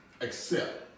accept